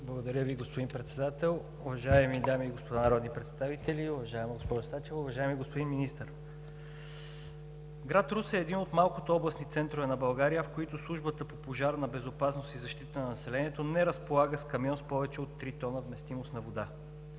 Благодаря Ви, господин Председател. Уважаеми дами и господа народни представители, уважаема госпожо Сачева, уважаеми господин Министър! Град Русе е един от малкото областни центрове на България, в които Службата по пожарна безопасност и защита на населението не разполага с камион с повече от три тона вместимост на вода.